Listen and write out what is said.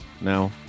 now